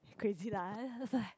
crazy lah then was like